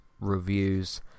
reviews